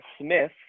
smith